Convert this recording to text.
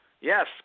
Yes